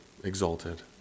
exalted